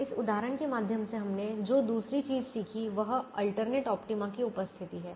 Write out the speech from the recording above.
इस उदाहरण के माध्यम से हमने जो दूसरी चीज सीखी वह अल्टरनेट ऑप्टिमा की उपस्थिति है